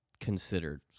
considered